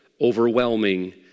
overwhelming